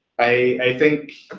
i think,